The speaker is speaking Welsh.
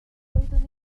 doeddwn